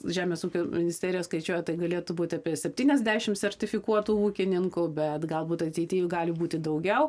žemės ūkio ministerija skaičiuoja tai galėtų būti apie septyniasdešim sertifikuotų ūkininkų bet galbūt ateity gali būti daugiau